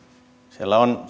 siellä on